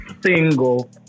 single